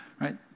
right